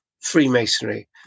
Freemasonry